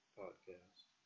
podcast